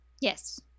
Yes